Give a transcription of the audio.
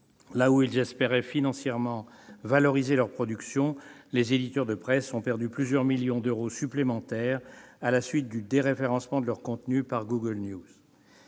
valoriser financièrement leurs productions, les éditeurs de presse ont perdu plusieurs millions d'euros supplémentaires en raison du déréférencement de leurs contenus par Google News.